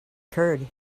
curd